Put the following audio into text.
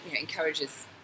encourages